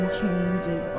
changes